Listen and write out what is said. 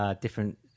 different